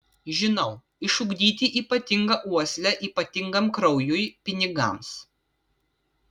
žinau išugdyti ypatingą uoslę ypatingam kraujui pinigams